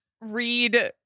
read